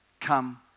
come